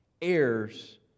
Heirs